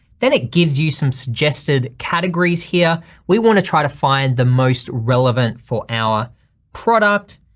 then it gives you some suggested categories here, we wanna try to find the most relevant for our product.